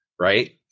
Right